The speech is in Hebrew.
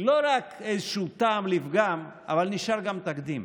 לא רק איזשהו טעם לפגם אלא נשאר גם תקדים.